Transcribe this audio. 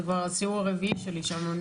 זה כבר הסיור הרביעי שלי שם.